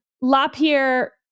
LaPierre